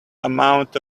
amount